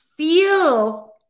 feel